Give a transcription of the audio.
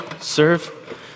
Serve